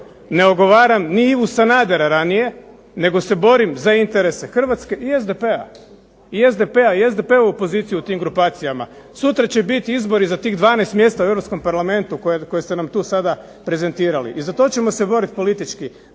ne odgovaram ni Ivu Sanadera ranije nego se borim za interese Hrvatske i SDP-a i SDP-ovu poziciju u tim grupacijama. Sutra će biti izbori za tih 12 mjesta u europskom parlamentu koje ste nam tu sada prezentirali i za to ćemo se boriti politički.